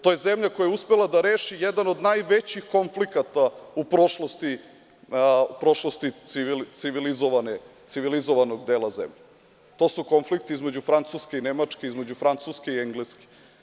To je zemlja koja je uspela da reši jedan od najvećih konflikata u prošlosti civilizovanog dela zemlje, to su konflikti između Francuske i Nemačke, između Francuske i Engleske.